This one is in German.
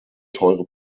teure